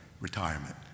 retirement